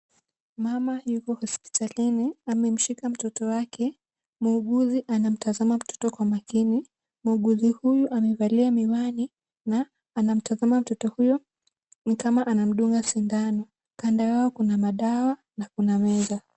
Mama yuko hospitalini. Amemshika mtoto wake. Muuguzi anamtazama mtoto kwa makini. Muuguzi huyu amevalia miwani na anamtazama mtoto huyo, ni kama anamdunga sindano. Kando yao kuna madawa na kuna meza.